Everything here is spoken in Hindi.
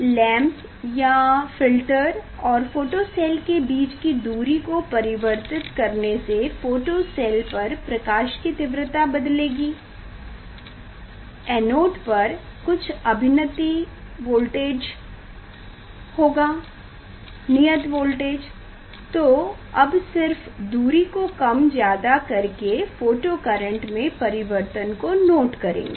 लॅम्प या फ़िल्टर और फोटो सेल के बीच की दूरी को परिवर्तित करने से फोटोसेल पर प्रकाश की तीव्रता बदलेगी एनोड पर कुछ अभिनति वोल्टेज होगा नियत वोल्टेज तो अब सिर्फ दूरी को कम ज्यादा कर के फोटो करेंट में परिवर्तन को नोट करेंगें